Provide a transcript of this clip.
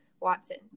Watson